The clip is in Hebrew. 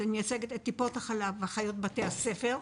שמייצגת את טיפות החלב ואחיות בתי הספר,